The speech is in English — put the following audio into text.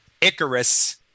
Icarus